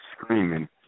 screaming